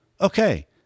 Okay